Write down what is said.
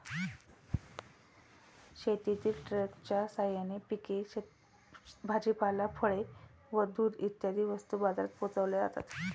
शेतातील ट्रकच्या साहाय्याने पिके, भाजीपाला, फळे व दूध इत्यादी वस्तू बाजारात पोहोचविल्या जातात